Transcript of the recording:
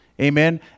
Amen